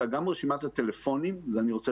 אלא גם רשימת הטלפונים שזה דבר שאני רוצה